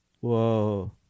whoa